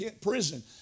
prison